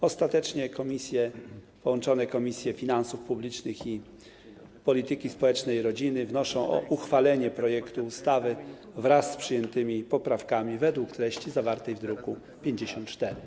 Ostatecznie połączone Komisje: Finansów Publicznych oraz Polityki Społecznej i Rodziny wnoszą o uchwalenie projektu ustawy wraz z przyjętymi poprawkami według treści zawartej w druku nr 54.